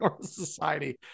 society